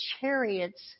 chariots